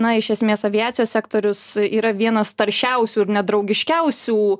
na iš esmės aviacijos sektorius yra vienas taršiausių ir nedraugiškiausių